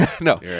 no